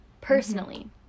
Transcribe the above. personally